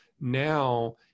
now